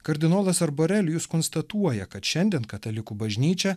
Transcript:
kardinolas arborelijus konstatuoja kad šiandien katalikų bažnyčia